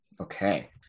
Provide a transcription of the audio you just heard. Okay